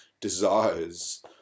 desires